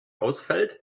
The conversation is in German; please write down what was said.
ausfällt